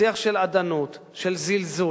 שיח של אדנות, של זלזול,